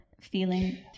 feeling